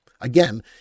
Again